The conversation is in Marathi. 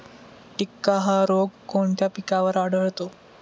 टिक्का हा रोग कोणत्या पिकावर आढळतो?